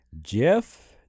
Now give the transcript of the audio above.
Jeff